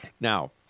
Now